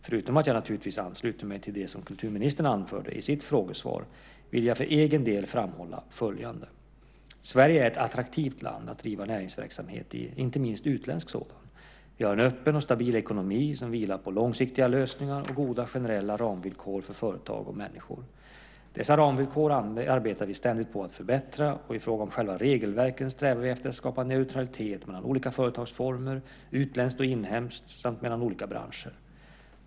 Förutom att jag naturligtvis ansluter mig till det kulturministern anförde i sitt frågesvar vill jag för egen del framhålla följande. Sverige är ett attraktivt land att driva näringsverksamhet i, inte minst utländsk sådan. Vi har en öppen och stabil ekonomi som vilar på långsiktiga lösningar och goda generella ramvillkor för företag och människor. Dessa ramvillkor arbetar vi ständigt på att förbättra, och i fråga om själva regelverken strävar vi efter att skapa neutralitet mellan olika företagsformer, utländskt och inhemskt samt mellan olika branscher.